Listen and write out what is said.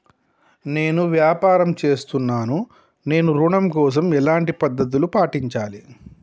నేను వ్యాపారం చేస్తున్నాను నేను ఋణం కోసం ఎలాంటి పద్దతులు పాటించాలి?